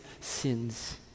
sins